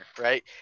right